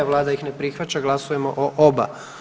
Vlada ih ne prihvaća, glasujemo o oba.